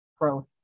growth